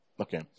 Okay